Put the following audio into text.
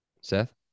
Seth